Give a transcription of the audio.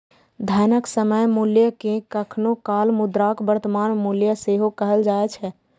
धनक समय मूल्य कें कखनो काल मुद्राक वर्तमान मूल्य सेहो कहल जाए छै